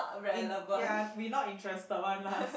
in ya we not interested one lah